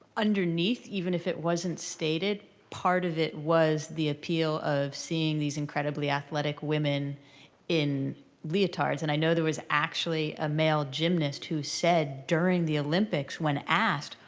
underneath, even if it wasn't stated, part of it was the appeal of seeing these incredibly athletic women in leotards. and i know there was actually a male gymnast who said during the olympics when asked,